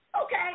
Okay